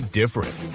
different